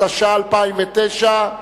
התש"ע 2009,